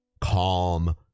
calm